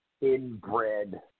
inbred